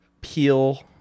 peel